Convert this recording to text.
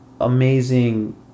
amazing